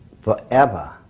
forever